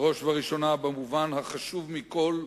בראש ובראשונה במובן החשוב מכול,